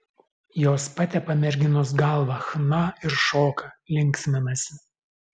jos patepa merginos galvą chna ir šoka linksminasi